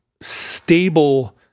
stable